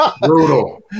Brutal